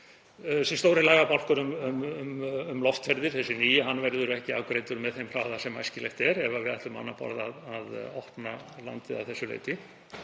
að stóri lagabálkurinn um loftferðir, sá nýi, verður ekki afgreiddur með þeim hraða sem æskilegt er ef við ætlum á annað borð opna landið að þessu leyti.